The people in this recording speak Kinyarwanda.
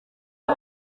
ngo